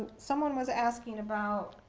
someone was asking about